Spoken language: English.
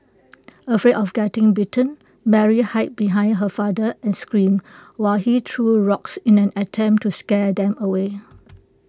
afraid of getting bitten Mary hid behind her father and screamed while he threw rocks in an attempt to scare them away